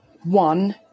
one